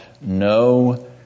No